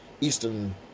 Eastern